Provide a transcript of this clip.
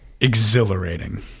exhilarating